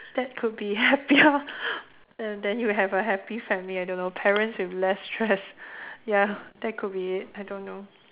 that could be happier and then you have a happy family I don't know parents with less stress ya that could be I don't know